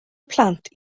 plant